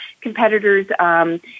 competitors